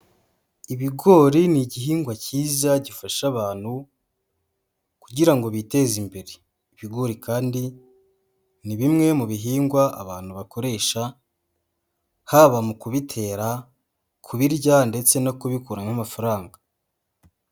Ibigori ni igihingwa cyiza gifasha abantu kugira ngo biteze imbere, ibigori kandi ni bimwe mu bihingwa abantu bakoresha haba mu kubitera, kubirya ndetse no kubikuramo amafaranga.